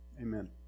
Amen